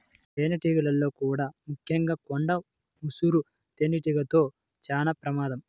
తేనెటీగల్లో కూడా ముఖ్యంగా కొండ ముసురు తేనెటీగలతో చాలా ప్రమాదం